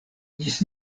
ĝis